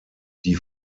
die